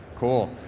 cool,